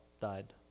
died